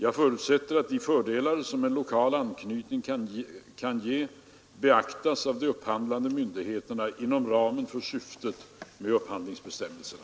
Jag förutsätter att de fördelar som en lokal anknytning kan ge beaktas av de upphandlande myndigheterna inom ramen för syftet med upphandlingsbestämmelserna.